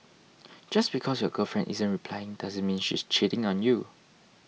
just because your girlfriend isn't replying doesn't mean she's cheating on you